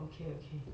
okay okay